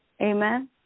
Amen